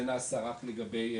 זה נעשה רק לגבי,